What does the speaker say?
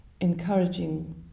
encouraging